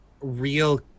real